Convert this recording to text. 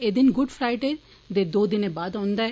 एह् दिन Good Friday दे दौं दिनें बाद औंदा ऐ